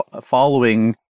following